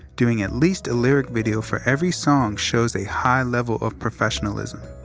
doing at least a lyric video for every song shows a high level of professionalism.